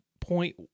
point